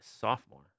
sophomore